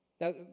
Now